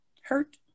hurt